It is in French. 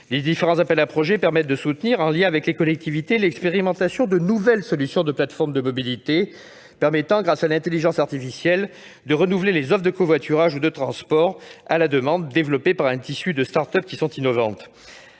Les différents appels à projets permettent de soutenir, en lien avec les collectivités, l'expérimentation de nouvelles solutions de plateforme de mobilité permettant, grâce à l'intelligence artificielle, de renouveler les offres de covoiturage ou de transport à la demande développées par un tissu de start-up innovantes.